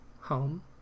home